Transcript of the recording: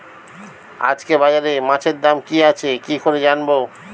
আজকে বাজারে মাছের দাম কি আছে কি করে জানবো?